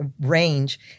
range